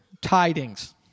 tidings